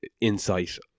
insight